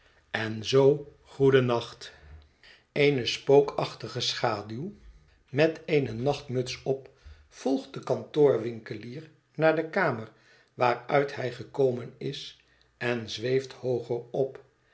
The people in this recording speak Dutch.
en zoo goedennacht eene spookachtige schaduw met eene nachthet verlaten huis muts op volgt den kantoorwinkelier naar de kamer waaruit hij gekomen is en zweeft hoogerop en